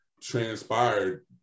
transpired